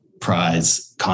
prize